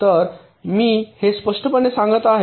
तर मी हे स्पष्टपणे सांगत आहे